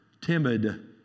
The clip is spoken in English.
timid